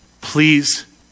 Please